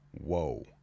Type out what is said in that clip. Whoa